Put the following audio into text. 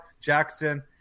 Jackson